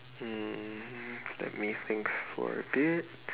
um let me think for a bit